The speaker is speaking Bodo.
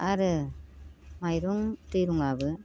आरो माइरं दैरङाबो